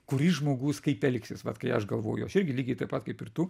kuris žmogus kaip elgsis vat kai aš galvoju aš irgi lygiai taip pat kaip ir tu